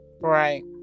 Right